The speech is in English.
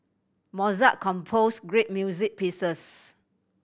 Mozart composed great music pieces